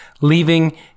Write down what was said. leaving